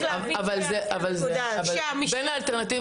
צריך להבין שהמשטרה --- אבל בין האלטרנטיבות,